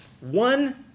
one